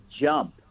jump